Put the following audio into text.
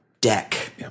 deck